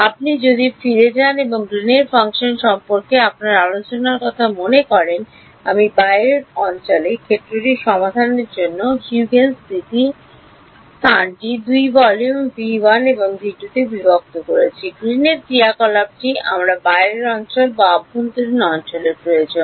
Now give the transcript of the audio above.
আপনি যদি ফিরে যান এবং গ্রিনের ফাংশনGreens function সম্পর্কে আপনার আলোচনার কথা মনে করুন আমি বাইরের অঞ্চলে ক্ষেত্রটি সন্ধানের জন্য হিউজেনস নীতিতে স্থানটি 2 ভলিউম ভি 1 এবং ভি 2 তে বিভক্ত করেছি গ্রিনের ক্রিয়াকলাপটি আমার বাইরের অঞ্চল বা অভ্যন্তরীণ অঞ্চলের প্রয়োজন